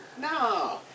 No